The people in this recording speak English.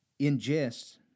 ingests